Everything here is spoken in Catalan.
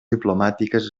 diplomàtiques